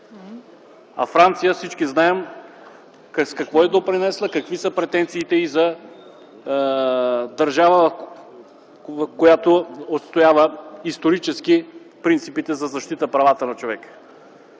орган. А всички знаем с какво е допринесла Франция и какви са претенциите й за държава, която отстоява исторически принципите за защита правата на човека.